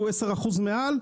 שהוא 10% מעל,